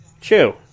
Chew